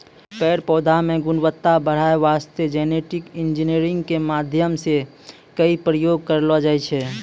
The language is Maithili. पेड़ पौधा मॅ गुणवत्ता बढ़ाय वास्तॅ जेनेटिक इंजीनियरिंग के माध्यम सॅ कई प्रयोग करलो जाय छै